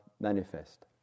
manifest